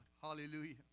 Hallelujah